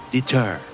Deter